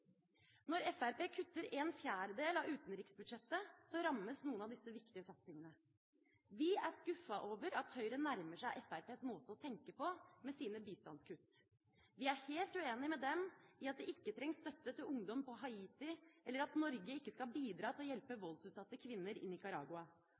Når Fremskrittspartiet kutter en fjerdedel av utenriksbudsjettet, rammes noen av disse viktige satsingene. Vi er skuffet over at Høyre nærmer seg Fremskrittspartiets måte å tenke på, med sine bistandskutt. Vi er helt uenig med dem i at det ikke trengs støtte til ungdom på Haiti, eller at Norge ikke skal bidra til å hjelpe